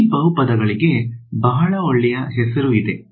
ಈ ಬಹುಪದಗಳಿಗೆ ಬಹಳ ಒಳ್ಳೆಯ ಹೆಸರು ಇದೆ